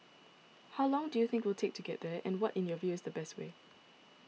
how long do you think we'll take to get there and what in your view is the best way